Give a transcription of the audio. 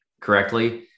correctly